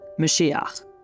Mashiach